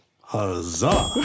Huzzah